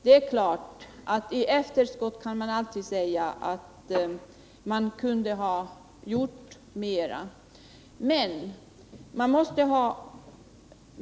Det är klart att efterklok kan man alltid vara.